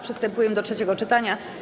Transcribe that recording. Przystępujemy do trzeciego czytania.